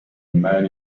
man